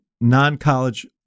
non-college